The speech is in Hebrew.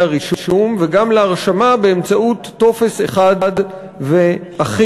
הרישום וגם להרשמה באמצעות טופס אחד ואחיד.